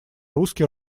русски